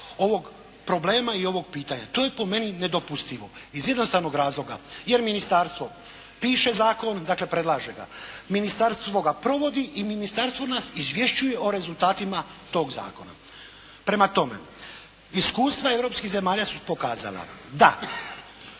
ovog problema i ovog pitanja. To je po meni nedopustivo iz jednostavnog razloga, jer ministarstvo piše zakon, dakle predlaže ga. Ministarstvo ga provodi i ministarstvo nas izvješćuje o rezultatima tog zakona. Prema tome, iskustva europskih zemalja su pokazala da